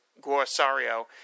Guasario